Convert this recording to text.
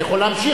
אני יכול להמשיך,